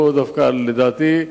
לדעתי,